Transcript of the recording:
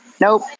nope